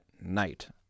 night